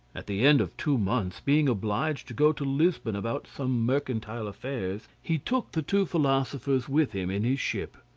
at the end of two months, being obliged to go to lisbon about some mercantile affairs, he took the two philosophers with him in his ship.